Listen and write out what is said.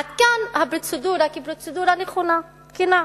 עד כאן הפרוצדורה כפרוצדורה נכונה, תקינה.